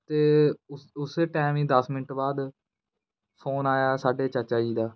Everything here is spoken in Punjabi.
ਅਤੇ ਉ ਉਸੇ ਟਾਈਮ ਹੀ ਦਸ ਮਿੰਟ ਬਾਅਦ ਫੋਨ ਆਇਆ ਸਾਡੇ ਚਾਚਾ ਜੀ ਦਾ